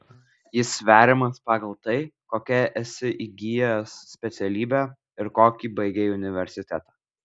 jis sveriamas pagal tai kokią esi įgijęs specialybę ir kokį baigei universitetą